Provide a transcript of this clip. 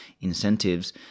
incentives